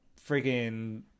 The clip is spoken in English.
freaking